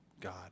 God